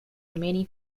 remaining